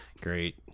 great